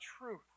truth